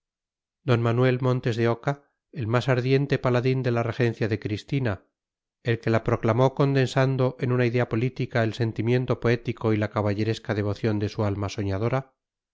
d manuel montes de oca el más ardiente paladín de la regencia de cristina el que la proclamó condensando en una idea política el sentimiento poético y la caballeresca devoción de su alma soñadora